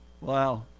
Wow